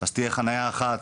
אז תהיה חנייה אחת